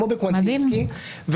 כמו בקוונטינסקי,